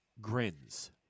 grins